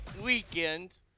weekend